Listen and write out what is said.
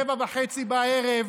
19:30,